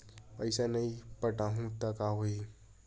पईसा ल नई पटाहूँ का होही?